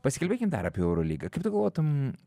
pasikalbėkim dar apie eurolygą kaip tu galvotum